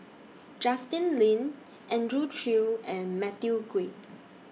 Justin Lean Andrew Chew and Matthew Ngui